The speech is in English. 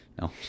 No